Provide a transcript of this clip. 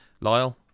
lyle